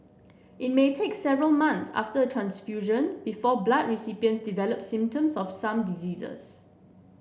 it may take several months after a transfusion before blood recipients develop symptoms of some diseases